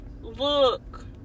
look